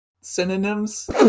synonyms